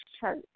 church